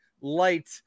light